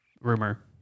rumor